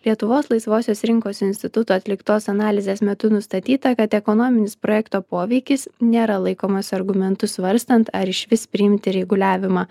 lietuvos laisvosios rinkos instituto atliktos analizės metu nustatyta kad ekonominis projekto poveikis nėra laikomas argumentu svarstant ar išvis priimti reguliavimą